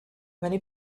many